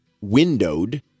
windowed